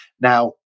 Now